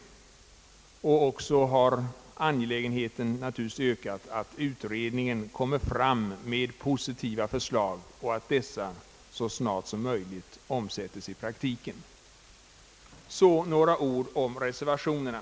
Naturligtvis har också härigenom angelägenheten av att idrottsutredningen lägger fram positiva förslag som så snart som möjligt kan omsättas i praktiken ökat. Så några ord om reservationerna.